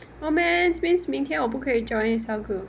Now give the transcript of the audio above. oh mans means 明天我不可以 join cell group